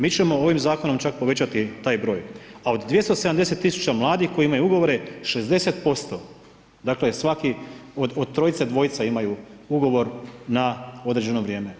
Mi ćemo ovim zakonom čak povećati taj broj, a od 270 tisuća mladih, koji imaju ugovore, 60% dakle, svaki od trojice, dvojice imaju ugovor na određeno vrijeme.